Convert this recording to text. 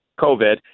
COVID